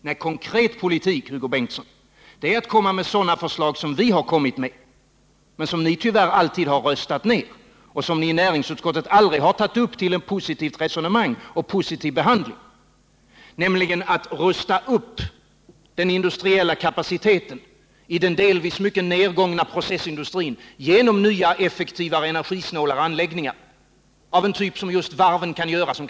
Nej, Hugo Bengtsson, konkret politik är att komma med sådana förslag som vi har kommit med. Men sådana förslag röstar ni tyvärr alltid ned och tar aldrig upp till en positiv diskussion och behandling i utskottet. Det är förslaget att rusta upp den industriella kapaciteten i den delvis mycket nedgångna processindustrin. Det kan ske genom nya, effektivare och energisnålare anläggningar av den typ som just varven kan producera.